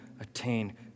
attain